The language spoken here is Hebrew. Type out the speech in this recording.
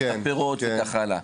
את הפירות וכך הלאה,